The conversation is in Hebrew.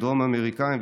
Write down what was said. דרום אמריקאים,